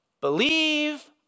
believe